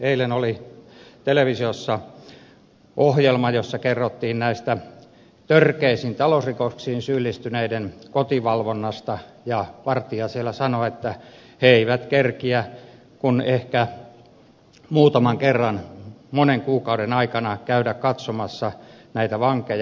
eilen oli televisiossa ohjelma jossa kerrottiin törkeisiin talousrikoksiin syyllistyneiden kotivalvonnasta ja vartija siellä sanoi että he eivät kerkeä kuin ehkä muutaman kerran monen kuukauden aikana käydä katsomassa näitä vankeja